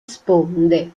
sponde